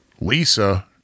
Lisa